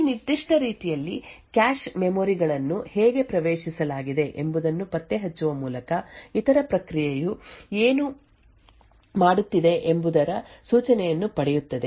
ಈ ನಿರ್ದಿಷ್ಟ ರೀತಿಯಲ್ಲಿ ಕ್ಯಾಶ್ ಮೆಮೊರಿ ಗಳನ್ನು ಹೇಗೆ ಪ್ರವೇಶಿಸಲಾಗಿದೆ ಎಂಬುದನ್ನು ಪತ್ತೆಹಚ್ಚುವ ಮೂಲಕ ಇತರ ಪ್ರಕ್ರಿಯೆಯು ಏನು ಮಾಡುತ್ತಿದೆ ಎಂಬುದರ ಸೂಚನೆಯನ್ನು ಪಡೆಯುತ್ತದೆ